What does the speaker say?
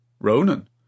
Ronan